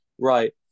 Right